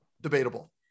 debatable